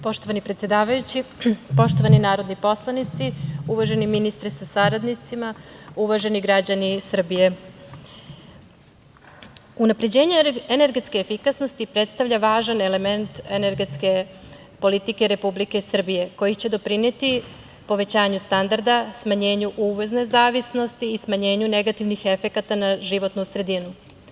Poštovani predsedavajući, poštovani narodni poslanici, uvaženi ministre sa saradnicima, uvaženi građani Srbije, unapređenje energetske efikasnosti predstavlja važan element energetske politike Republike Srbije, koji će doprineti povećanju standarda, smanjenju uvozne zavisnosti i smanjenju negativnih efekata na životnu sredinu.